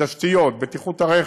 תשתיות, בטיחות הרכב,